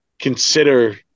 consider